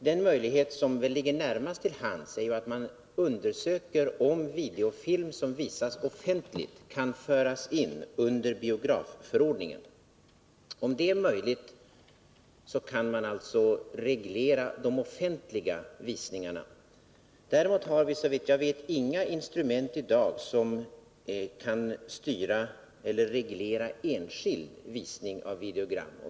Den möjlighet som väl ligger närmast till hands är att man undersöker om videofilm som visas offentligt kan föras in under biografförordningen. Om det är möjligt så skulle man alltså kunna reglera de offentliga visningarna. Däremot har vi i dag såvitt jag vet inga instrument som kan styra eller reglera enskild visning av videogram.